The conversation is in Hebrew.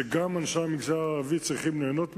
שגם אנשי המגזר הערבי צריכים ליהנות ממנו.